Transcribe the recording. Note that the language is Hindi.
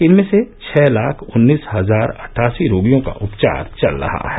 इनमें से छः लाख उन्नीस हजार अटठासी रोगियों का उपचार चल रहा है